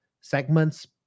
segments